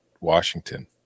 Washington